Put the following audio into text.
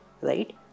Right